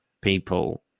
people